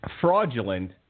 Fraudulent